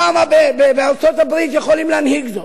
למה בארצות-הברית יכולים להנהיג זאת?